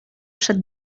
przed